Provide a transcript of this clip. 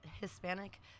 Hispanic